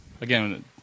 Again